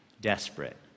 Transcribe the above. desperate